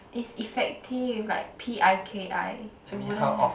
is effective like p_i_k_i it wouldn't have